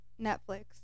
Netflix